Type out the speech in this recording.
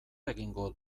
egingo